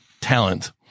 talent